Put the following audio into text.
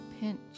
pinch